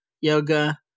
yoga